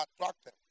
attracted